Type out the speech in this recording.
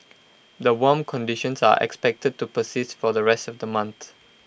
the warm conditions are expected to persist for the rest of the month